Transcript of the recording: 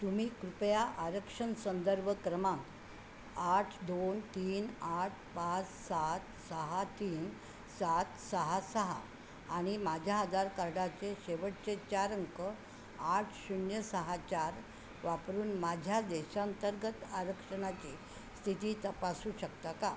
तुम्ही कृपया आरक्षण संदर्भ क्रमांक आठ दोन तीन आठ पाच सात सहा तीन सात सहा सहा आणि माझ्या आधार कार्डाचे शेवटचे चार अंक आठ शून्य सहा चार वापरून माझ्या देशांतर्गत आरक्षणाची स्थिती तपासू शकता का